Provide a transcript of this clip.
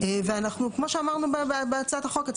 כמו שאמרנו בהצעת החוק עצמה,